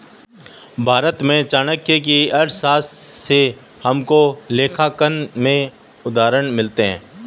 भारत में चाणक्य की अर्थशास्त्र से हमको लेखांकन के उदाहरण मिलते हैं